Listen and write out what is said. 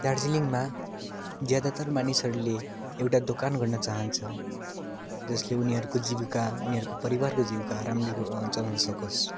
दार्जिलिङमा ज्यादातर मानिसहरूले एउटा दोकान गर्न चाहन्छ जसले उनीहरूको जीविका उनीहरूको परिवारको जीविका राम्ररी चलाउन सकोस्